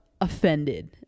offended